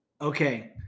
Okay